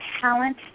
talent